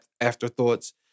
afterthoughts